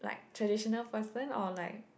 like traditional person or like